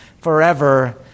forever